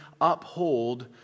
uphold